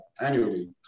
annually